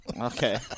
Okay